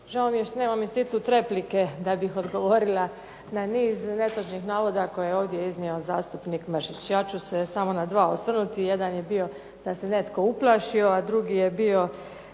žao mi je što nemam institut replike da bih odgovorila na niz netočnih navoda koje je ovdje iznio zastupnik Mršić. Ja ću se samo na dva osvrnuti. Jedan je bio da se netko uplašio, a drugi je bio